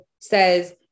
says